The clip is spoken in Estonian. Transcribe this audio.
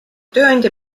tööandja